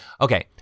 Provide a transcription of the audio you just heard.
Okay